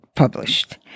Published